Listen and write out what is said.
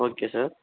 okay sir